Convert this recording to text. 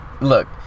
look